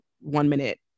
one-minute